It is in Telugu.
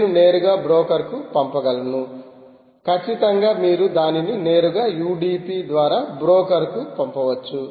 నేను నేరుగా బ్రోకర్ కు పంపగలను ఖచ్చితంగా మీరు దానిని నేరుగా యుడిపి ద్వారా బ్రోకర్ కు పంపవచ్చు